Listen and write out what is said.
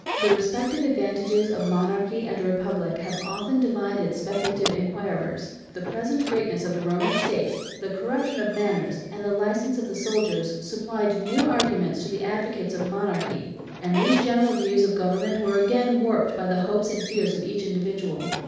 the respective advantages of monarchy and a republic have often divided speculative inquirers the present greatness of the roman state, the corruption of manners, and the license of the soldiers, supplied new arguments to the advocates of monarchy and these general views of government were again warped by the hopes and fears of each individual.